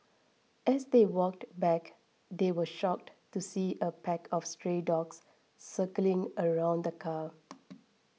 as they walked back they were shocked to see a pack of stray dogs circling around the car